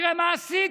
תראה מה עשית.